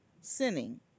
sinning